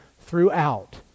throughout